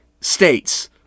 states